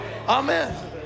amen